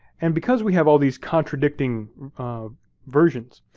and because we have all these contradicting versions,